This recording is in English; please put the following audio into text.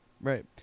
Right